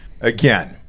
again